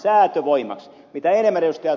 mitä enemmän ed